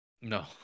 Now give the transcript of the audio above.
No